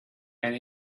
and